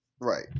Right